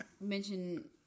mention